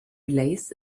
relays